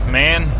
man